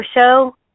show